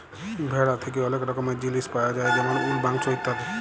ভেড়া থ্যাকে ওলেক রকমের জিলিস পায়া যায় যেমল উল, মাংস ইত্যাদি